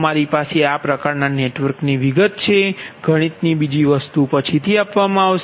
તમારી પાસે આ પ્રકારના નેટવર્ક ની વિગત છે ગણિતની બીજી વસ્તુ પછીથી આપવામાં આવશે